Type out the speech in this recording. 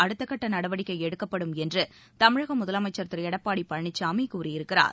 அடுத்த கட்ட நடவடிக்கை எடுக்கப்படும் தமிழக என்று முதலமைச்சர் திரு எடப்பாடி பழனிசாமி கூறியிருக்கிறார்